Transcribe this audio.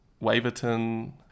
Waverton